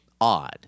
odd